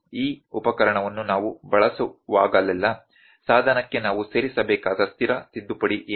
ಈ ಉಪಕರಣವನ್ನು ನಾವು ಬಳಸುವಾಗಲೆಲ್ಲಾ ಸಾಧನಕ್ಕೆ ನಾವು ಸೇರಿಸಬೇಕಾದ ಸ್ಥಿರ ತಿದ್ದುಪಡಿ ಏನು